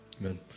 Amen